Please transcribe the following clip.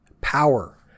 Power